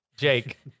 Jake